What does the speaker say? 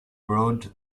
broad